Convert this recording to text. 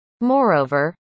Moreover